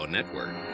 Network